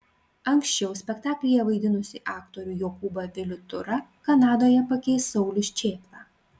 anksčiau spektaklyje vaidinusį aktorių jokūbą vilių tūrą kanadoje pakeis saulius čėpla